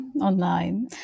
online